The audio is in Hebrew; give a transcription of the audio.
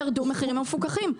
ירדו המחירים המפוקחים.